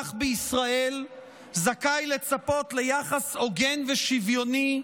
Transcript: אזרח בישראל זכאי לצפות ליחס הוגן ושוויוני,